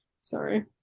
Sorry